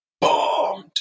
bombed